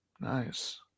nice